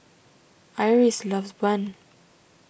Iris loves Bun